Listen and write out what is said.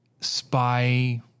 spy